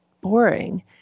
boring